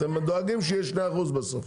אבל אתם דואגים שיהיה 2% בסוף.